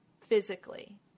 physically